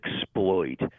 exploit